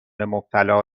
مبتلا